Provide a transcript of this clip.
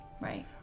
Right